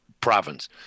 province